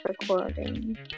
recording